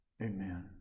amen